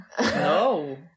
no